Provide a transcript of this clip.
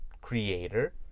creator